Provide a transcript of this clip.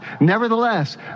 Nevertheless